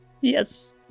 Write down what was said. yes